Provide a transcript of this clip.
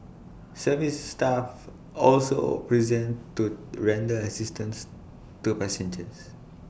service staff also present to render assistance to passengers